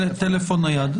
טלפון נייד.